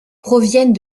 proviennent